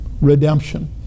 redemption